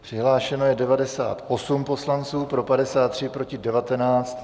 Přihlášeno je 98 poslanců, pro 53, proti 19.